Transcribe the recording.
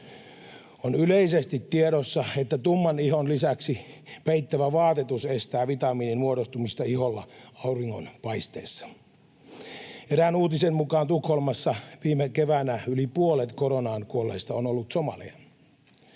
On yleisesti tiedossa, että tumman ihon lisäksi peittävä vaatetus estää vitamiinin muodostumista iholla auringon paisteessa. Erään uutisen mukaan Tukholmassa viime keväänä yli puolet koronaan kuolleista on ollut somaleja.